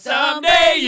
Someday